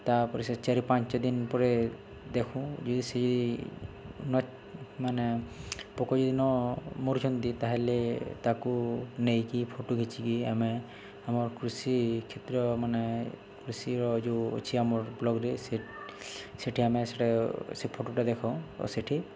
ତାପରେ ସେ ଚାରି ପାଞ୍ଚ ଦିନ ପରେ ଦେଖୁ ଯଦି ସେ ଯଦି ନ ମାନେ ପୋକ ଯଦି ନ ମରୁଛନ୍ତି ତାହେଲେ ତାକୁ ନେଇକି ଫଟୋ ନେଇକି ଆମେ ଆମର କୃଷି କ୍ଷେତ୍ର ମାନେ କୃଷିର ଯୋଉ ଅଛି ଆମର ବ୍ଲଗରେ ସେ ସେଠି ଆମେ ସେଟା ସେ ଫଟୋଟା ଦେଖାଉ ଓ ସେଠି